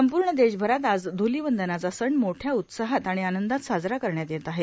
संपूर्ण देशभरात आज ध्लिवंदनाचा सण मोठ्या उत्साहात आणि आनंदात साजरा करण्यात येत आहे